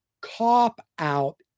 cop-out